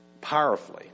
Powerfully